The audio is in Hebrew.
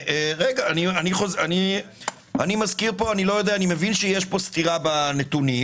אני מזכיר אני מבין שיש פה סתירה בנתונים.